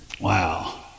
Wow